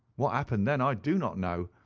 what happened then i do not know.